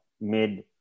mid